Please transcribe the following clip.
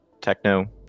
techno